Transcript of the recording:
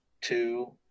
two